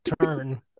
turn